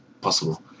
possible